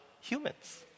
humans